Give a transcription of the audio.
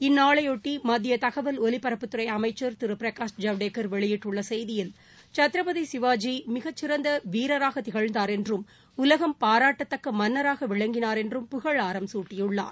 இந்நாளையொட்டி மத்திய தகவல் ஒலிபரப்புத் துறை அமைக்சர் திரு பிரகாஷ் ஜவடேகர் வெளியிட்டுள்ள செய்தியில் சத்ரபதி சிவாஜி மிகச் சிறந்த வீரராகத் திகழ்ந்தார் என்றும் உலகம் பாராட்டத்தக்க மன்னராக விளங்கினார் என்றும் புகழாரம் சூட்டியுள்ளார்